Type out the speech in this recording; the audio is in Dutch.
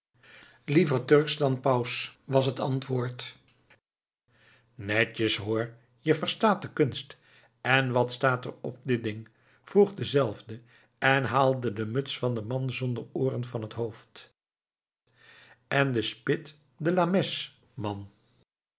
liever turcx dan paus was het antwoord netjes hoor je verstaat de kunst en wat staat er op dit ding vroeg dezelfde en haalde de muts van den man zonder ooren van het hoofd ende spit de la messe man